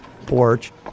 porch